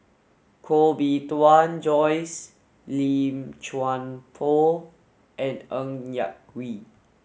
Koh Bee Tuan Joyce Lim Chuan Poh and Ng Yak Whee